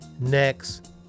next